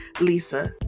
Lisa